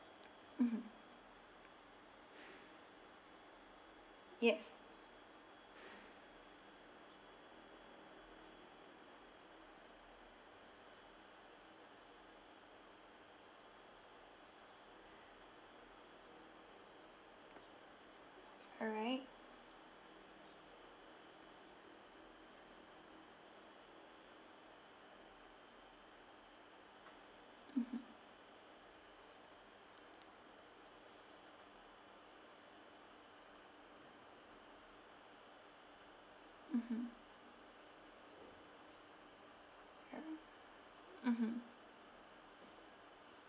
mmhmm yes alright mmhmm ya mmhmm